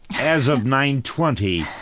as of nine twenty,